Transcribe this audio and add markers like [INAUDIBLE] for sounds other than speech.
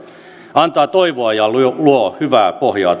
antaa toivoa ja luo luo hyvää pohjaa [UNINTELLIGIBLE]